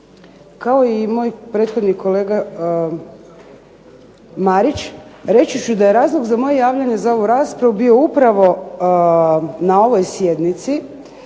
Kao i moj prethodni kolega Marić reći ću da je razlog za moje javljanje za ovu raspravu bio upravo na ovoj sjednici